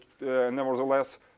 nevertheless